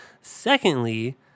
Secondly